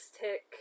tick